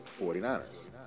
49ers